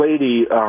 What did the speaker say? lady